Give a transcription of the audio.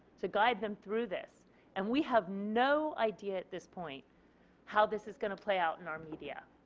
to guide them through this and we have no idea at this point how this is going to play out in our media.